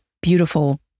beautiful